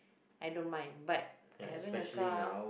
I don't mind but I haven't a car